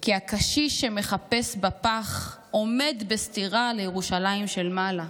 כי הקשיש שמחפש בפח עומד בסתירה לירושלים של מעלה.